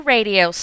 Radio